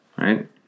right